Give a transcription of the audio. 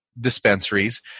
dispensaries